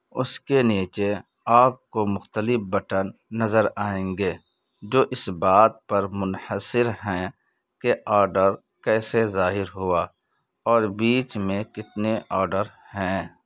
اس کے نیچے آپ کو مختلف بٹن نظر آئیں گے جو اس بات پر منحصر ہیں کہ آرڈر کیسے ظاہر ہوا اور بیچ میں کتنے آرڈر ہیں